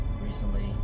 recently